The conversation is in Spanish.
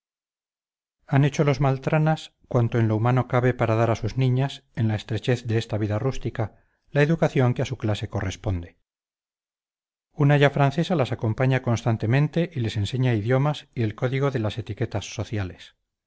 han hecho los maltranas cuanto en lo humano cabe para dar a sus niñas en la estrechez de esta vida rústica la educación que a su clase corresponde un aya francesa las acompaña constantemente y les enseña idiomas y el código de las etiquetas sociales